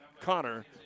Connor